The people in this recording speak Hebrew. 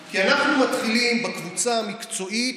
כי אנחנו מתחילים בקבוצה המקצועית,